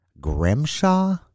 Grimshaw